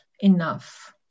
enough